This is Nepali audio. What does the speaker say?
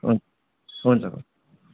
हुन्छ हुन्छ कोच